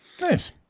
Nice